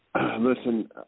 Listen